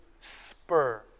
spur